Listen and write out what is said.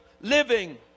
living